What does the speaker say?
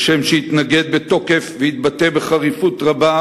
כשם שהתנגד בתוקף והתבטא בחריפות רבה